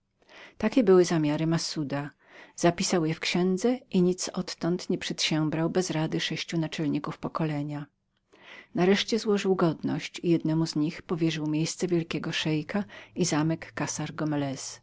te były zamiary massuda zapisał je w księdze nic odtąd nie przedsiębrał bez rady sześciu naczelników pokolenia nareszcie złożył godność i jednemu z nich powierzył miejsce wielkiego szeika i zamek